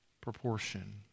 proportion